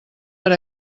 per